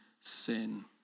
sin